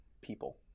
people